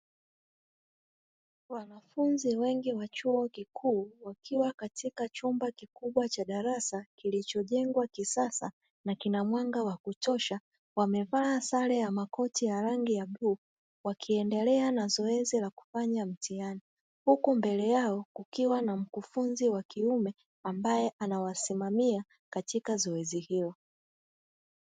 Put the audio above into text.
Wanafunzi wengi wa chuo kikuu wakiwa katika chumba kikubwa cha darasa kilichojengwa kisasa, na kina mwanga wa kutosha wamevaa sare ya makoti ya rangi ya buluu wakiendelea na zoezi kufanya mtihani, huku mbele yao kukiwa na mkufunzi wa kiume ambaye anawasimamia katika zoezi hilo.